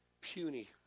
puny